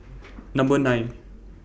Number nine